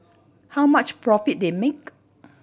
how much profit they make